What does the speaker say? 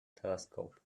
telescope